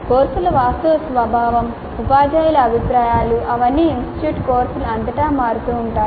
కోర్సుల వాస్తవ స్వభావం ఉపాధ్యాయుల అభిప్రాయాలు అవన్నీ ఇన్స్టిట్యూట్ కోర్సులు అంతటా మారుతూ ఉంటాయి